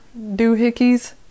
doohickeys